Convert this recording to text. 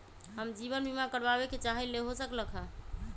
हम जीवन बीमा कारवाबे के चाहईले, हो सकलक ह?